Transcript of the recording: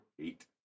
Eight